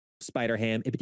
Spider-Ham